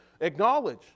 Acknowledge